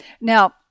Now